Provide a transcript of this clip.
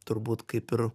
turbūt kaip ir